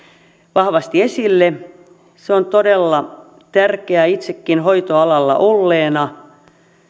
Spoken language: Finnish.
vahvasti esille se on todella tärkeää minun itsekin hoitoalalla olleena